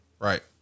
Right